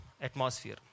atmosphere